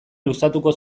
luzatuko